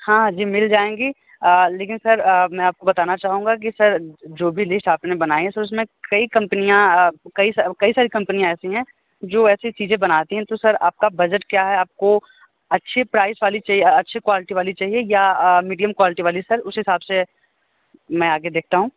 हाँ जी मिल जाएंगी लेकिन सर मैं आपको बताना चाहूँगा की सर जो भी लिस्ट आपने बनाए सर उसमें कई कम्पनियाँ कई सारी कई सारी कम्पनियाँ ऐसी हैं जो ऐसी चीज़े बनाती हैं तो सर आपका बजट क्या है आपको अच्छी प्राइस वाली चाहिए अच्छी क्वालिटी वाली चाहिए या मीडियम क्वालिटी वाली सर उसी के हिसाब से मैं आगे देखता हूँ